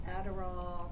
Adderall